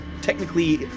technically